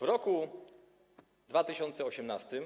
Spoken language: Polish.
W roku 2018